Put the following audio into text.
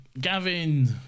gavin